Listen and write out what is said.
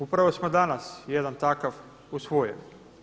Upravo smo danas jedan takav usvojili.